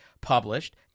published